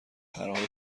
پرهای